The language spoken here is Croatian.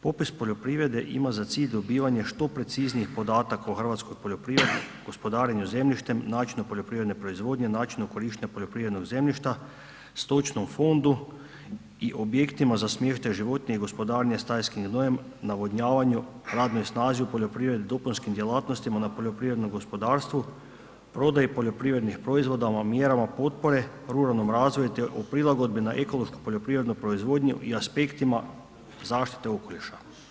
Popis poljoprivrede ima za cilj dobivanje što preciznijih podataka o hrvatskoj poljoprivredi, gospodarenju zemljištem, načinu poljoprivredne proizvodnje, načinu korištenja poljoprivrednog zemljišta, stočnom fondu i objektima za smještaj životinja i gospodarenja stajskim gnojem, navodnjavanju, radnoj snazi u poljoprivredi, dopunskim djelatnostima na poljoprivrednom gospodarstvu, prodaji poljoprivrednih proizvoda mjerama potpore, ruralnom razvoju te o prilagodbi na ekološku poljoprivrednu proizvodnju i aspektima zaštite okoliša.